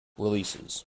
releases